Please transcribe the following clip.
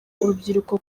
urubyiruko